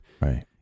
right